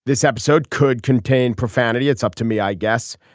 this episode could contain profanity it's up to me i guess.